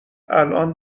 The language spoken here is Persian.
الان